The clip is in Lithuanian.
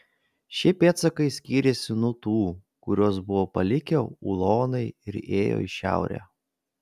šie pėdsakai skyrėsi nuo tų kuriuos buvo palikę ulonai ir ėjo į šiaurę